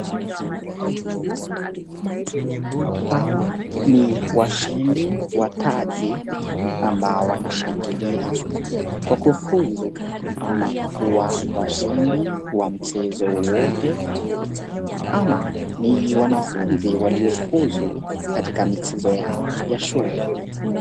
Hawa ni washinde wa taji ambao wanashangilia kwa kufuzu ama kuwa washindi wa mchezo wote ama ni wanafunzi waliofuzu katika mchezo yao ya shule